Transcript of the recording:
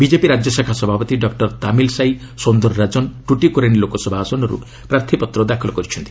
BJP ରାଜ୍ୟଶାଖା ସଭାପତି doctor Tamilisai Soundararajan Tuticorin Lok Sabha ଆସନରୁ ପ୍ରାର୍ଥୀପତ୍ର ଦାଖଲ କରିଛନ୍ତି